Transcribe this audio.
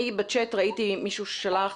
בצ'ט ראיתי מישהו ששלח